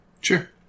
Sure